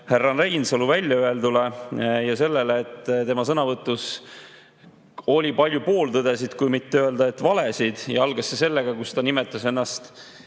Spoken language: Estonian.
härra Reinsalu väljaöeldule ja sellele, et tema sõnavõtus oli palju pooltõdesid, kui mitte öelda, et valesid. Algas see sellega, et ta nimetas ennast